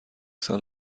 سال